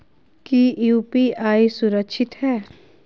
की यू.पी.आई सुरक्षित है?